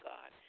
God